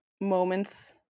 moments